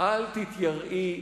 אל תתייראי,